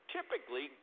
Typically